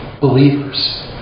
believers